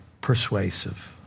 persuasive